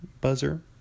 buzzer